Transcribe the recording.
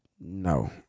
No